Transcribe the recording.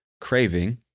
Craving